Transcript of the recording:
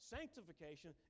Sanctification